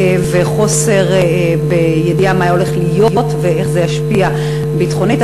וחוסר ידיעה מה הולך להיות ואיך זה ישפיע ביטחונית.